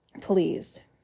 please